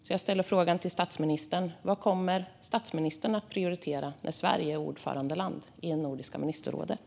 Så jag ställer frågan till statsministern: Vad kommer statsministern att prioritera när Sverige är ordförandeland i Nordiska ministerrådet?